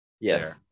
Yes